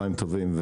צוהריים טובים,